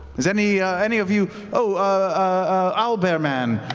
does any any of you oh ah owlbear man,